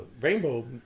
Rainbow